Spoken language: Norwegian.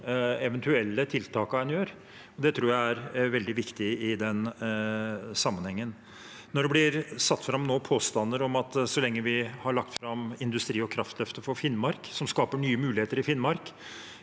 eventuelle tiltakene en gjør. Det tror jeg er veldig viktig i den sammenhengen. Når det nå blir satt fram påstander om at det at vi har lagt fram industri- og kraftløftet for Finnmark, som skaper nye muligheter i Finnmark,